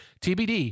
TBD